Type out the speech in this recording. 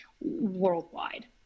worldwide